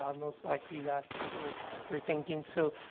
um most likely, that's your your thinking, so.